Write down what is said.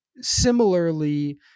similarly